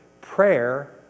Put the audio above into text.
Prayer